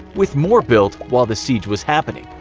with more built while the siege was happening.